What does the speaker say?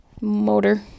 Motor